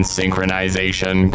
synchronization